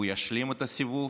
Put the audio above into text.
והוא ישלים את הסיבוב,